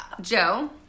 joe